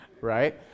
right